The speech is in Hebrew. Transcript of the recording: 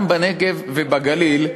גם בנגב ובגליל,